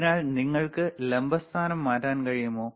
അതിനാൽ നിങ്ങൾക്ക് ലംബ സ്ഥാനം മാറ്റാൻ കഴിയുമോ